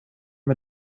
med